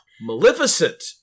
Maleficent